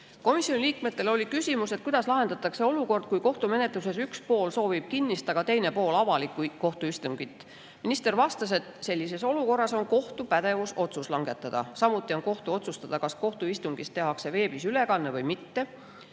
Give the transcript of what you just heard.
liikmetel oli küsimus, kuidas lahendatakse olukord, kus kohtumenetluses üks pool soovib kinnist, aga teine pool avalikku kohtuistungit. Minister vastas, et sellises olukorras on kohtu pädevus otsus langetada. Samuti on kohtu otsustada, kas kohtuistungist tehakse veebis ülekanne või mitte.